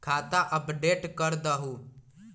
खाता अपडेट करदहु?